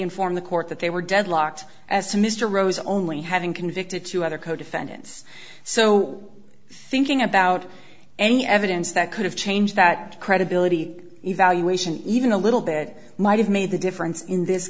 inform the court that they were deadlocked as to mr rose only having convicted two other co defendants so thinking about any evidence that could have changed that credibility evaluation even a little bit might have made the difference in this